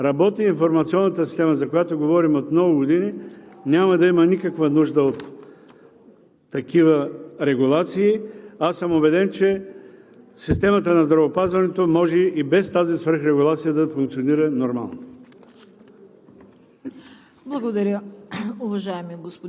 Болничната помощ, отново повтарям, ако работи информационната система, за която говорим от много години, няма да има никаква нужда от такива регулации. Аз съм убеден, че системата на здравеопазването може и без тази свръхрегулация да функционира нормално.